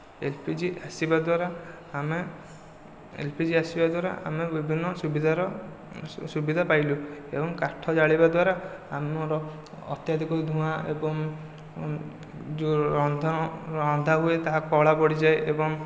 LPG ଆସିବା ଦ୍ୱାରା ଆମେ ଏଲ୍ପିଜି ଆସିବା ଦ୍ୱାରା ଆମେ ବିଭିନ୍ନ ସୁବିଧାର ସୁବିଧା ପାଇଲୁ ଏବଂ କାଠ ଜାଳିବା ଦ୍ୱାରା ଆମର ଅତ୍ୟଧିକ ଧୂଆଁ ଏବଂ ଯେଉଁ ରନ୍ଧନ ରନ୍ଧା ହୁଏ ତାହା କଳା ପଡ଼ିଯାଏ ଏବଂ